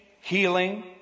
healing